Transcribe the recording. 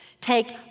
Take